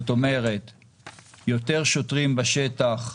וזה אומר יותר שוטרים בשטח,